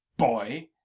boy,